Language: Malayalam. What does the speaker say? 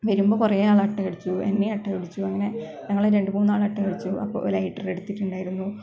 വരുമ്പോൾ കുറേ ആളെ അട്ട കടിച്ചു എന്നെയും അട്ട കടിച്ചു അങ്ങനെ ഞങ്ങളെ രണ്ടു മൂന്നു ആളെ അട്ട കടിച്ചു അപ്പോൾ ലൈറ്റര് എടുത്തിട്ടുണ്ടായിരുന്നു